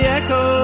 echo